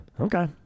Okay